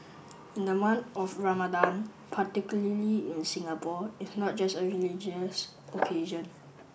in the month of Ramadan particularly in Singapore it's not just a religious occasion